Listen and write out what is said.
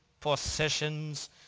possessions